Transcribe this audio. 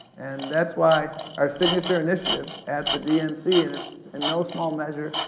and that's why our signature initiative at the dnc, and it's in no small measure,